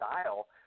style